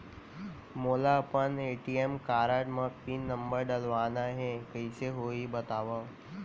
मोला अपन ATM card म पिन नंबर डलवाना हे कइसे होही बतावव?